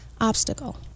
obstacle